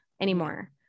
anymore